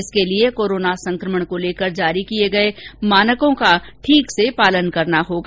इसके लिए कोरोना संक्रमण को लेकर जारी किए गए मानकों का ठीक से पालन करना होगा